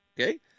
okay